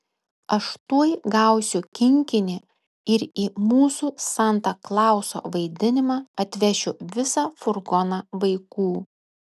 aš tuoj gausiu kinkinį ir į mūsų santa klauso vaidinimą atvešiu visą furgoną vaikų